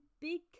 Big